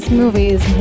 movies